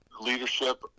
leadership